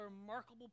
remarkable